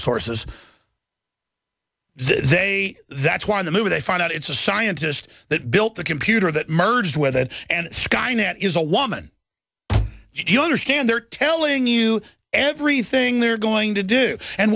sources say that's why in the movie they find out it's a scientist that built the computer that merged with it and skynet is a woman you understand they're telling you everything they're going to do and